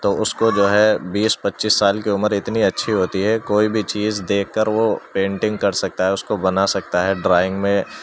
تو اس کو جو ہے بیس پچیس سال کی عمر اتنی اچھی ہوتی ہے کوئی بھی چیز دیکھ کر وہ پینٹنگ کر سکتا ہے اس کو بنا سکتا ہے ڈرائنگ میں